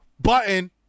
Button